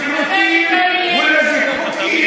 שירותים מול הזיקוקים.